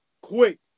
quick